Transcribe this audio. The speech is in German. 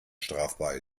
strafbar